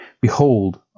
Behold